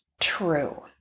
true